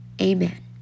Amen